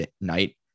night